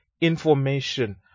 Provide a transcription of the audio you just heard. information